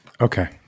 Okay